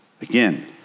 Again